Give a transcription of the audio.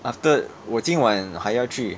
after 我今晚还要去